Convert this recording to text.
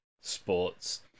sports